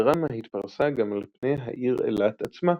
הדרמה התפרשה גם על פני העיר אילת עצמה,